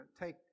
take